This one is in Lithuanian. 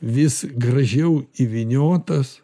vis gražiau įvyniotas